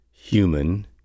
Human